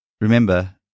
remember